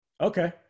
Okay